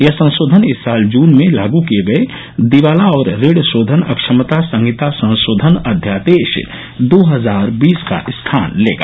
यह संशोधन इस साल जन में लाग किए गए दिवाला और ऋण शोधन अक्षमता संहिता संशोधन अध्यादेश दो हजार बीस का स्थान लेगा